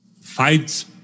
fights